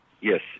Yes